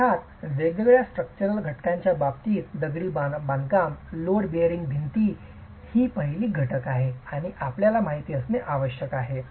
अर्थात वेगवेगळ्या स्ट्रक्चरल घटकांच्या बाबतीत दगडी बांधकाम लोड बेयरिंग भिंती ही एक पहिली घटक आहे ज्याची आपल्याला माहिती असणे आवश्यक आहे